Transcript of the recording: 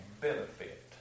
benefit